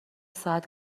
ساعت